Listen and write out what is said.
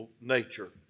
nature